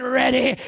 ready